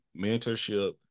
mentorship